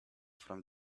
from